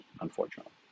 unfortunately